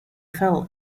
fell